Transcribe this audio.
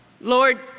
Lord